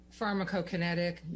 pharmacokinetic